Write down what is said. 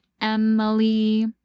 Emily